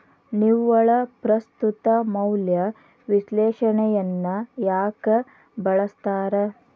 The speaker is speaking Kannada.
ನಿವ್ವಳ ಪ್ರಸ್ತುತ ಮೌಲ್ಯ ವಿಶ್ಲೇಷಣೆಯನ್ನ ಯಾಕ ಬಳಸ್ತಾರ